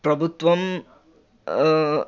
ప్రభుత్వం